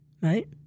right